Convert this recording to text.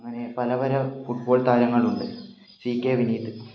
അങ്ങനെ പല പല ഫൂട്ബോൾ താരങ്ങളുണ്ട് സി കെ വിനീത്